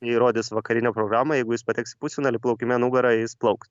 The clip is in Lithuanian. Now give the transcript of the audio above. jį rodys vakarinėj programoj jeigu jis pateks į pusfinalį plaukime nugara jis plauks